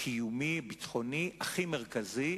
הקיומי-הביטחוני הכי מרכזי,